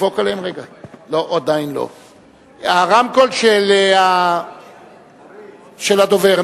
הרמקול של הדובר,